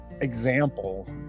example